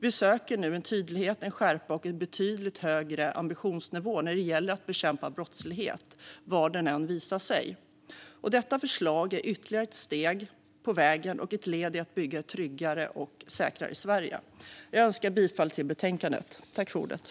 Vi söker nu en tydlighet, en skärpa och en betydligt högre ambitionsnivå när det gäller att bekämpa brottslighet var den än visar sig. Förslaget är ytterligare ett steg på vägen och ett led i att bygga ett tryggare och säkrare Sverige. Jag yrkar bifall till utskottets förslag.